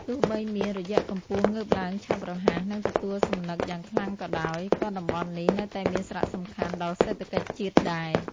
ទោះបីមាន រយៈកំពស់ងើបឡើងឆាប់រហ័ស និងទទួលសំណឹកយ៉ាងខ្លាំងក៏ដោយ ក៏តំបន់នេះ នៅតែមានសារៈសំខាន់ដល់សេដ្ឋកិច្ចជាតិដែរ។